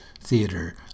theater